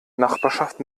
nachbarschaft